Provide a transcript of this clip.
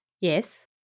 Yes